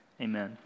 Amen